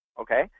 okay